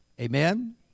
Amen